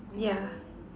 yeah